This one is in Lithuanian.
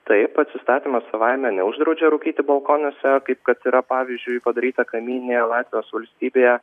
taip pats įstatymas savaime neuždraudžia rūkyti balkonuose kaip kad yra pavyzdžiui padaryta kaimyninėje latvijos valstybėje